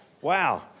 Wow